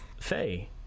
Faye